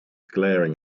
glaring